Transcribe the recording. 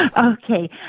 Okay